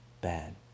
bad